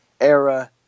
Era